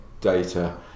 data